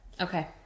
Okay